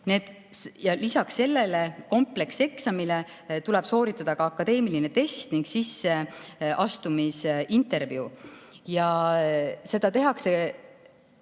Lisaks sellele komplekseksamile tuleb sooritada akadeemiline test ning anda sisseastumisintervjuu. Seda tehakse